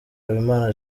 habimana